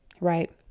Right